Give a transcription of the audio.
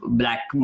black